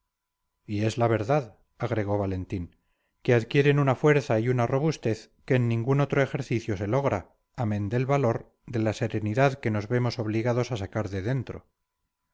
y es la verdad agregó valentín que adquieren una fuerza y una robustez que en ningún otro ejercicio se logra amén del valor de la serenidad que nos vemos obligados a sacar de dentro